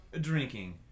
Drinking